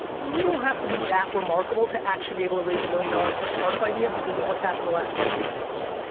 you don't have to be that remarkable to actually be able to raise a million dollars for a start-up idea because of what's happened in the last decade. that's true.